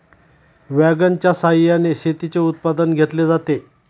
वॅगनच्या सहाय्याने शेतीचे उत्पादन घेतले जाते